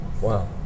Wow